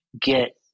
get